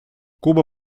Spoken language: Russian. куба